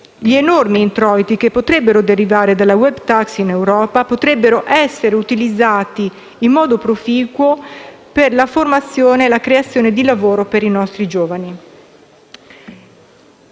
gli enormi introiti che potrebbero derivare dalla *web tax* in Europa potrebbero essere utilizzati in modo proficuo per la formazione e la creazione di lavoro per i nostri giovani.